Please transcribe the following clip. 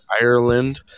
Ireland